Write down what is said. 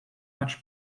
much